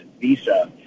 visa